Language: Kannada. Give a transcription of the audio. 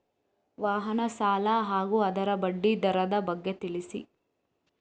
ವಾಹನ ಸಾಲ ಹಾಗೂ ಅದರ ಬಡ್ಡಿ ದರದ ಬಗ್ಗೆ ತಿಳಿಸಿ?